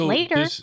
later